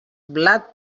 blat